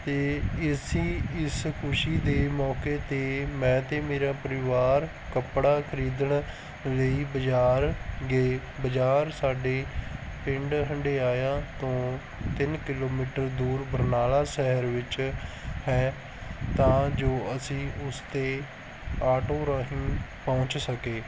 ਅਤੇ ਇਸ ਹੀ ਇਸ ਖੁਸ਼ੀ ਦੇ ਮੌਕੇ 'ਤੇ ਮੈਂ ਅਤੇ ਮੇਰਾ ਪਰਿਵਾਰ ਕੱਪੜਾ ਖਰੀਦਣ ਲਈ ਬਾਜ਼ਾਰ ਗਏ ਬਾਜ਼ਾਰ ਸਾਡੇ ਪਿੰਡ ਹੰਢਿਆਇਆ ਤੋਂ ਤਿੰਨ ਕਿਲੋਮੀਟਰ ਦੂਰ ਬਰਨਾਲਾ ਸ਼ਹਿਰ ਵਿੱਚ ਹੈ ਤਾਂ ਜੋ ਅਸੀਂ ਉਸ 'ਤੇ ਆਟੋ ਰਾਹੀਂ ਪਹੁੰਚ ਸਕੇ